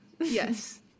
Yes